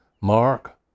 Mark